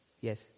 Yes